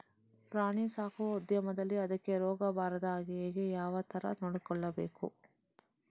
ಪ್ರಾಣಿ ಸಾಕುವ ಉದ್ಯಮದಲ್ಲಿ ಅದಕ್ಕೆ ರೋಗ ಬಾರದ ಹಾಗೆ ಹೇಗೆ ಯಾವ ತರ ನೋಡಿಕೊಳ್ಳಬೇಕು?